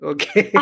Okay